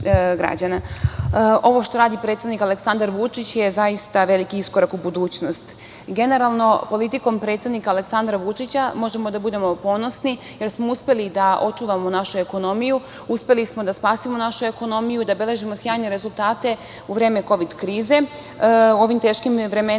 što radi predsednik Aleksandar Vučić je zaista veliki iskorak u budućnost. Generalno, politikom predsednika Aleksandra Vučića možemo da budemo ponosni, jer smo uspeli da očuvamo našu ekonomiju, uspeli smo da spasimo našu ekonomiju i da beležimo sjajne rezultate u vreme Kovid krize u ovim teškim vremenima